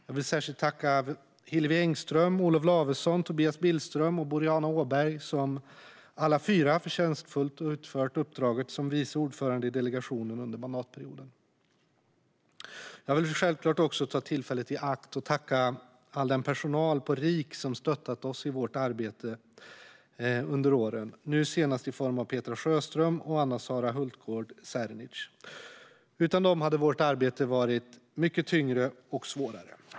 Jag vill särskilt tacka Hillevi Engström, Olof Lavesson, Tobias Billström och Boriana Åberg, som alla fyra förtjänstfullt utfört uppdraget som vice ordförande i delegationen under mandatperioden. Jag vill självklart också ta tillfället i akt och tacka personalen på RIK som stöttat oss i vårt arbete under åren - nu senast i form av Petra Sjöström och Anna-Sara Hultgård Czernich. Utan dem hade vårt arbete varit mycket tyngre och svårare.